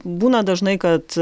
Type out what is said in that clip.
būna dažnai kad